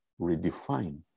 redefine